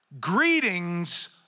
Greetings